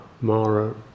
Mara